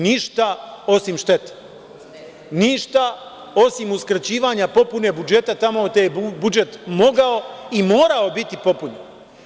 Ništa osim štete, ništa osim uskraćivanja popune budžeta tamo gde je budžet mogao i morao biti popunjen.